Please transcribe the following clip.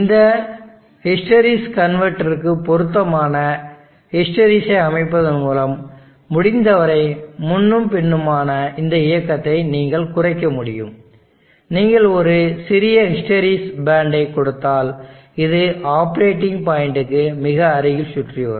இந்த ஹிஸ்டெரெசிஸ் கன்வெர்ட்டருக்கு பொருத்தமான ஹிஸ்டெரெசிஸை அமைப்பதன் மூலம் முடிந்தவரை முன்னும் பின்னுமான இந்த இயக்கத்தை நீங்கள் குறைக்க முடியும் நீங்கள் ஒரு சிறிய ஹிஸ்டெரெசிஸ் பேண்ட்டைக் கொடுத்தால் இது ஆப்பரேட்டிங் பாயிண்ட்டுக்கு மிக அருகில் சுற்றி இருக்கும்